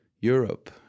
Europe